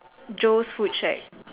Joe's food shack